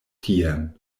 tien